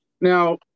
Now